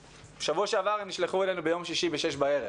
בשבוע שעבר הן נשלחו אלינו ביום שישי ב-6:00 בערב.